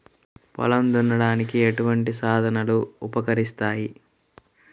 పొలం దున్నడానికి ఎటువంటి సాధనలు ఉపకరిస్తాయి?